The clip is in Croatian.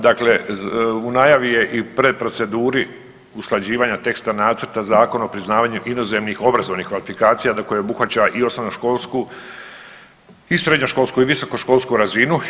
Dakle, u najavi je i pred proceduri usklađivanja teksta nacrta zakona o priznavanju inozemnih obrazovnih kvalifikacija koje obuhvaća i osnovno školsku i srednjoškolsku i visoko školsku razinu.